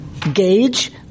Gauge